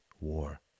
war